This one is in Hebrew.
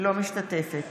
אינה משתתפת